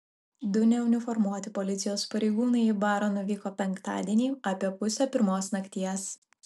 du neuniformuoti policijos pareigūnai į barą nuvyko penktadienį apie pusę pirmos nakties